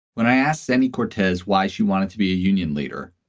when i asked sandy cortez why she wanted to be a union leader,